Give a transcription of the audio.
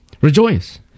rejoice